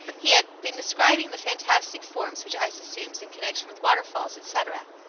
he has been describing the fantastic forms which ice assumes in connection with waterfalls, etc.